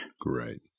Great